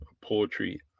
poetry